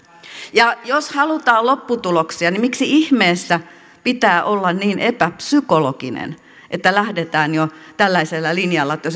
ja jos halutaan lopputuloksia niin miksi ihmeessä pitää olla niin epäpsykologinen että lähdetään jo tällaisella linjalla että